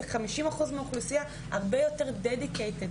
זה 50% מהאוכלוסייה שתהיה הרבה יותר dedicated,